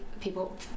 people